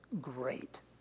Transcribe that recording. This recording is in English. great